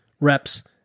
reps